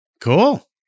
Cool